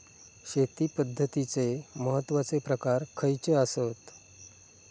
शेती पद्धतीचे महत्वाचे प्रकार खयचे आसत?